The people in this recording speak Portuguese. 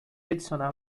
adicionar